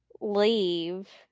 leave